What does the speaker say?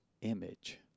image